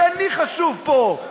כי אני חשוב פה.